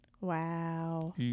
wow